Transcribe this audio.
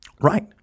Right